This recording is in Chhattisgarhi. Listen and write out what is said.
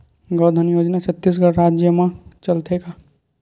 गौधन योजना छत्तीसगढ़ राज्य मा चलथे का?